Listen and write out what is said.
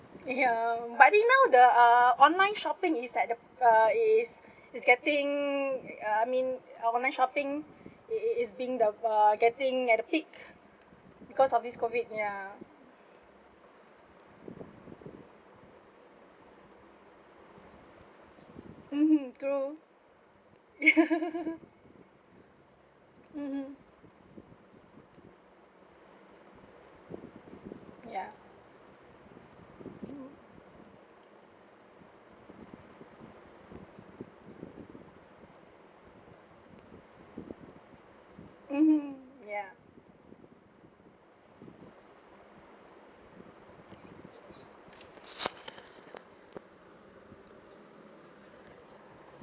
ya but I think now the uh online shopping is that the uh is is getting uh I mean online shopping is is being the uh getting at the peak because of this COVID ya mmhmm true ya mmhmm ya hmm mmhmm ya